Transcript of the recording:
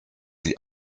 die